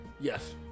yes